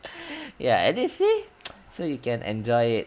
ya and you see so you can enjoy it